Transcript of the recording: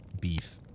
beef